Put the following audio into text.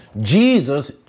Jesus